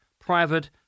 private